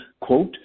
quote